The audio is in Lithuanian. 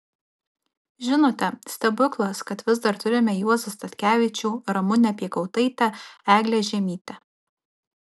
žinote stebuklas kad vis dar turime juozą statkevičių ramunę piekautaitę eglę žiemytę